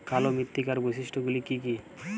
কালো মৃত্তিকার বৈশিষ্ট্য গুলি কি কি?